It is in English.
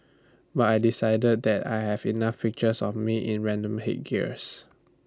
but I decided that I have enough pictures of me in random headgears